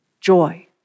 joy